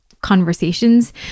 conversations